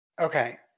Okay